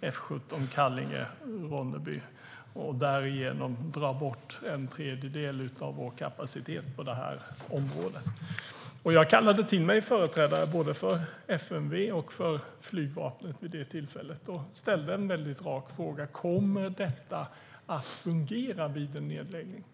F 17 i Kallinge i Ronneby och därigenom dra bort en tredjedel av vår kapacitet på det här området. Jag kallade vid det tillfället till mig företrädare för både FMV och flygvapnet och ställde en väldigt rak fråga: Kommer detta att fungera vid en nedläggning?